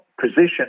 position